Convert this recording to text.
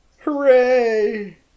Hooray